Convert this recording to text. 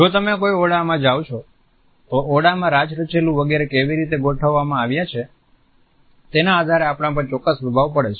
જો તમે કોઈ ઓરડામાં જાવ છો તો ઓરડામાં રાચરચીલું વગેરે કેવી રીતે ગોઠવવામાં આવ્યા છે તેના આધારે આપણા પર ચોક્ક્સ પ્રભાવ પડે છે